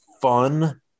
fun